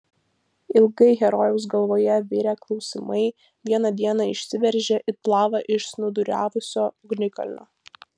ilgai herojaus galvoje virę klausimai vieną dieną išsiveržė it lava iš snūduriavusio ugnikalnio